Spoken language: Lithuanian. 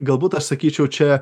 galbūt aš sakyčiau čia